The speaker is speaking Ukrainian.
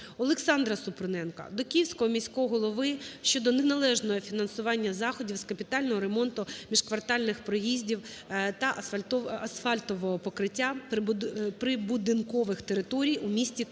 ОлександраСупруненка до Київського міського голови щодо неналежного фінансування заходів з капітального ремонту міжквартальних проїздів та асфальтового покриття прибудинкових територій у місті Києві.